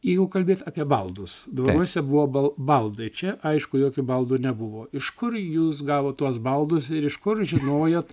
jeigu kalbėt apie baldus dvaruose buvo bal baldai čia aišku jokių baldų nebuvo iš kur jūs gavot tuos baldus ir iš kur žinojot